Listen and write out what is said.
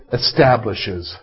establishes